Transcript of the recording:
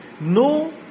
no